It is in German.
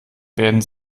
werden